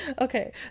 Okay